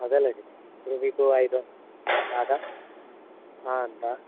అదేలేండి ఇప్పుడు మీకు ఐదు